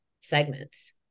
segments